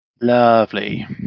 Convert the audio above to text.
Lovely